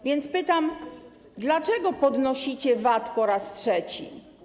A więc pytam: Dlaczego podnosicie VAT po raz trzeci?